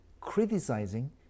Criticizing